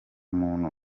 muntu